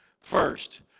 first